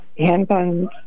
handguns